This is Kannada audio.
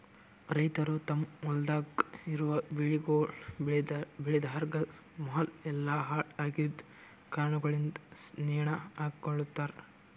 ರೈತುರ್ ತಮ್ ಹೊಲ್ದಾಗ್ ಇರವು ಬೆಳಿಗೊಳ್ ಬೇಳಿಲಾರ್ದಾಗ್ ಮಾಲ್ ಎಲ್ಲಾ ಹಾಳ ಆಗಿದ್ ಕಾರಣಗೊಳಿಂದ್ ನೇಣ ಹಕೋತಾರ್